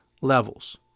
levels